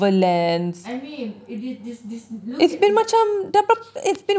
I mean this this this look at